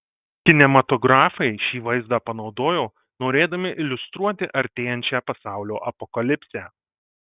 kinematografai šį vaizdą panaudojo norėdami iliustruoti artėjančią pasaulio apokalipsę